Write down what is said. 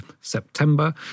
September